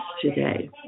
today